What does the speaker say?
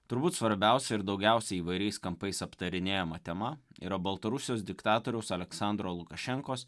turbūt svarbiausia ir daugiausiai įvairiais kampais aptarinėjama tema yra baltarusijos diktatoriaus aleksandro lukašenkos